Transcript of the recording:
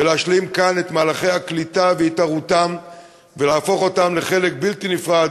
להשלים כאן את מהלכי הקליטה וההתערות ולהפוך אותם לחלק בלתי נפרד,